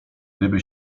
gdyby